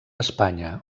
espanya